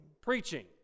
preaching